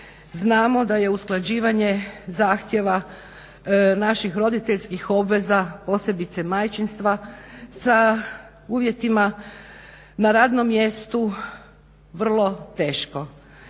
znamo da je usklađivanje zahtjeva naših roditeljskih obveza, posebice majčinstva sa uvjetima na radnom mjestu vrlo teško